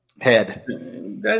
head